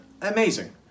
amazing